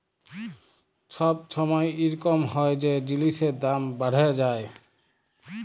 ছব ছময় ইরকম হ্যয় যে জিলিসের দাম বাড়্হে যায়